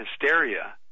hysteria